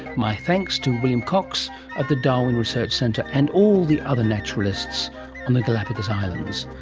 my thanks to william cox at the darwin research centre, and all the other naturalists on the galapagos islands.